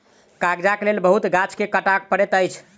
कागजक लेल बहुत गाछ के काटअ पड़ैत अछि